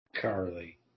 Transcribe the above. Carly